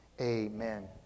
Amen